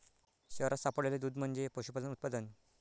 शहरात सापडलेले दूध म्हणजे पशुपालन उत्पादन